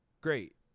great